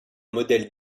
modèle